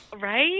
Right